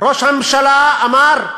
ראש הממשלה אמר,